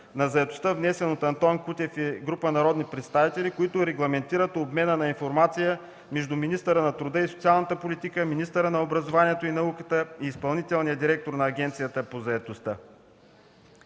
на заетостта, внесен от Антон Кутев и група народни представители, които регламентират обмена на информация между министъра на труда и социалната политика, министъра на образованието и науката и изпълнителния директор на Агенцията по заетостта.